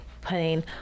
putting